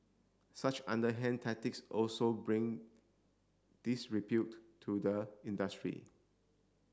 such underhand tactics also bring disrepute to the industry